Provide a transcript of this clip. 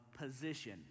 position